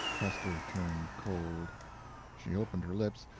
hester turned cold she opened her lips,